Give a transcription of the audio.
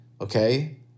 Okay